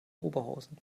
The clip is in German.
oberhausen